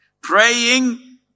praying